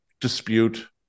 dispute